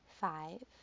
five